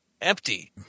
empty